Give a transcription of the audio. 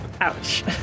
Ouch